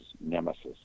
Nemesis